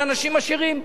על אנשים עשירים.